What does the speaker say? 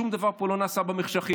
שום דבר פה לא נעשה במחשכים.